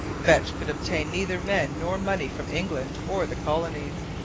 vetch could obtain neither men nor money from england or the colonies.